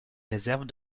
réserves